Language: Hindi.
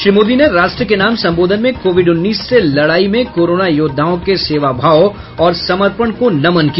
श्री मोदी ने राष्ट्र के नाम संबोधन में कोविड उन्नीस से लड़ाई में कोरोना योद्धाओं के सेवाभाव और समर्पण को नमन किया